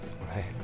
Right